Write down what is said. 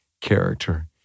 character